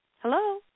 Hello